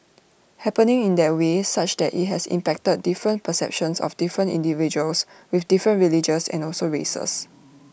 happening in that way such that IT has impacted different perceptions of different individuals with different religions and also races